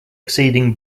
exceeding